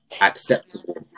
acceptable